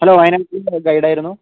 hello Wayanad ജില്ലയിലെ guide ആയിരുന്നു